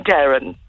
Darren